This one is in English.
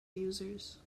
users